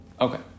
okay